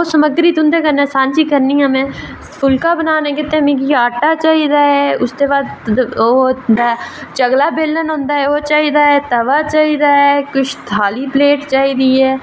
ओह् समग्री तुं'दे कन्नै सांझी करनी आं में फुल्का बनाने आस्तै मिगी आटा चाहिदा ऐ उसदे बाद ओह् होंदा ऐ चकला बेलन होंदा ऐ ओह् चाहिदा ऐ तवा चाहिदा ऐ किश थाली प्लेट चाहिदी ऐ